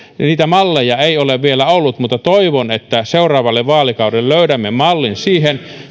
niitä malleja ei ole vielä ollut mutta toivon että seuraavalle vaalikaudelle löydämme mallin siihen